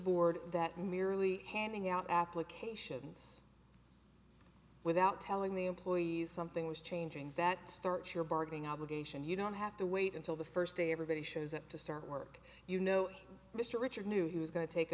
board that merely handing out applications without telling the employees something was changing that start your bargaining obligation you don't have to wait until the first day everybody shows up to start work you know mr richard knew he was going to take